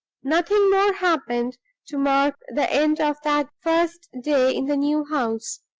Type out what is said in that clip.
nothing more happened to mark the end of that first day in the new house.